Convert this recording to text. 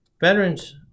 Veterans